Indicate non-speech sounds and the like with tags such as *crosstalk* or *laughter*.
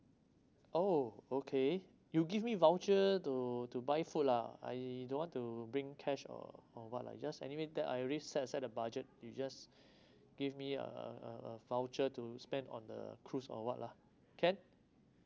oh okay you give me voucher to to buy food lah I don't want to bring cash or or what lah just anyway that I already set aside the budget you just *breath* give me uh uh uh uh voucher to spend on the cruise or what lah can